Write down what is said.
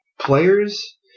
players